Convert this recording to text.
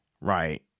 Right